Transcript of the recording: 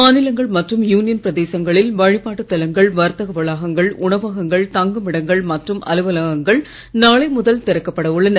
மாநிலங்கள் மற்றும் யூனியன் பிரதேசங்களில் வழிபாட்டுத் தலங்கள் வர்த்தக வளாகங்கள் உணவகங்கள் தங்குமிடங்கள் மற்றும் அலுவலகங்கள் நாளை முதல் திறக்கப்பட உள்ளன